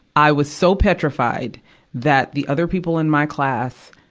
i was so petrified that the other people in my class,